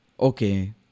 okay